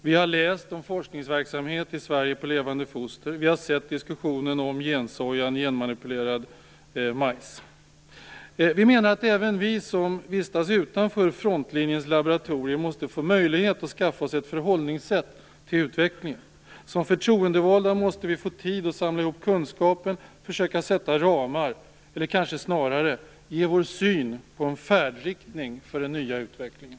Vi har läst om forskningsverksamhet i Sverige på levande foster. Vi har hört diskussionen om gensojan och genmanipulerad majs. Vi menar att även vi som vistas utanför frontlinjens laboratorier måste få möjlighet att skaffa oss ett förhållningssätt till utvecklingen. Som förtroendevalda måste vi få tid att samla ihop kunskaper och försöka sätta ramar, eller kanske snarare ge vår syn på en färdriktning för den nya utvecklingen.